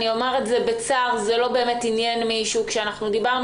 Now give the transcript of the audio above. אוֹמר בצער: זה לא באמת עניין מישהו כשדיברנו